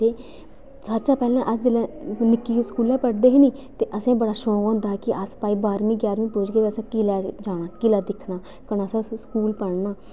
ते सब तों पैह्लें अस निक्की स्कूलै पढ़दे हे निं ते असें बड़ी होंदी ही के अस भाई बाह्रमीं ञारमी पुजगे ते असें किले पर जाना किला दिक्खना कन्नै असें स्कूल पढ़ना